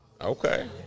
Okay